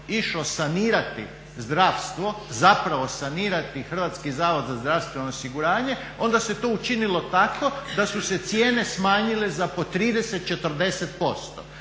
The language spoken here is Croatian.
išlo sanirati zdravstvo zapravo sanirati Hrvatski zavod za zdravstveno osiguranje onda se to učinilo tako da su se cijene smanjile za po 30, 40%.